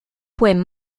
points